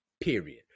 period